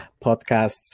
podcasts